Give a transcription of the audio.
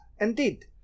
Indeed